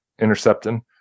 intercepting